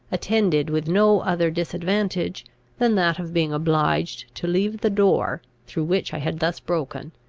attended with no other disadvantage than that of being obliged to leave the door, through which i had thus broken,